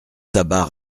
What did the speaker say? tabac